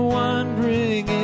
wondering